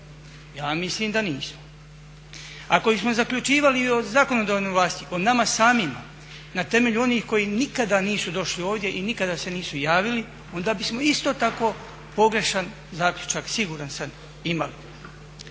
Ja mislim da nismo. Ako bismo zaključivali i o zakonodavnoj vlasti, o nama samima, na temelju onih koji nikada nisu došli ovdje i nikada se nisu javili onda bismo isto tako pogrešan zaključak siguran sam imali.